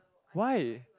why